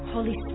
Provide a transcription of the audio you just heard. Holy